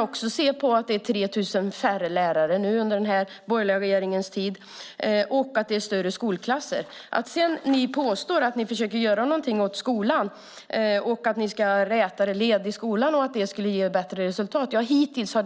Det är 3 000 färre lärare under den borgerliga regeringens tid, och det är större skolklasser. Ni påstår att ni försöker göra något åt skolan och att ni vill ha rätare led och ni säger att det skulle ge bättre resultat. Hittills har